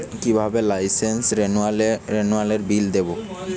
কিভাবে লাইসেন্স রেনুয়ালের বিল দেবো?